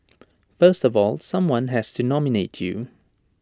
first of all someone has to nominate you